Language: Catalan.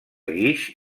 guix